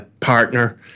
partner